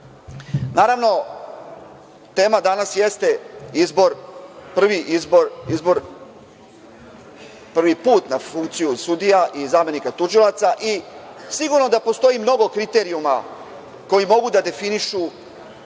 struke. Naravno, tema danas jeste izbor, izbor prvi put na funkciju sudija i zamenika tužilaca i sigurno da postoji mnogo kriterijuma koji mogu da definišu